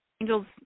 angels